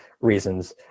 reasons